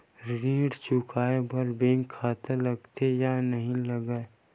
ऋण चुकाए बार बैंक खाता लगथे या नहीं लगाए?